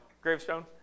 Gravestone